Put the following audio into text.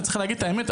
צריך להגיד את האמת.